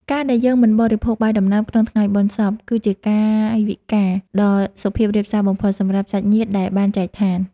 ការណ៍ដែលយើងមិនបរិភោគបាយដំណើបក្នុងថ្ងៃបុណ្យសព គឺជាកាយវិការដ៏សុភាពរាបសារបំផុតសម្រាប់សាច់ញាតិដែលបានចែកឋាន។